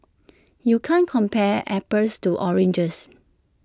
you can't compare apples to oranges